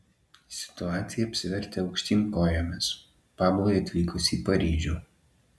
situacija apsivertė aukštyn kojomis pablui atvykus į paryžių